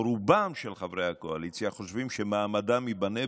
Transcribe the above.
או רוב חברי הקואליציה חושבים שמעמדם ייבנה